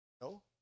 No